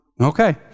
Okay